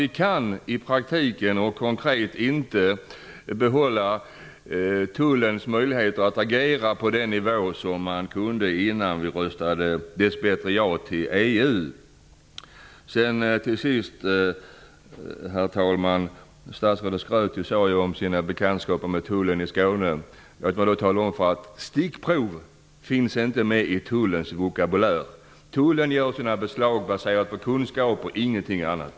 Vi kan i praktiken och konkret inte behålla tullens möjligheter att agera på den nivå som den kunde innan vi dessbättre röstade ja till EU. Herr talman! Statsrådet skröt om sina bekantskaper med tullen i Skåne. Jag kan då tala om att stickprov inte finns med i tullens vokabulär. Tullen gör sina beslag baserat på kunskaper och ingenting annat.